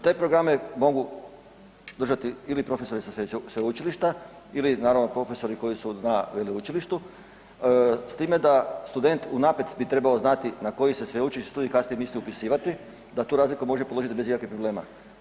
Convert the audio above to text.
Te programe mogu držati ili profesori sa sveučilišta ili naravno profesori koji su na veleučilištu s time da student unaprijed bi trebao znati na koji se sveučilišni studij kasnije misli upisivati da tu razliku može položiti bez ikakvih problema.